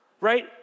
right